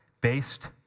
based